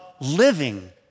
living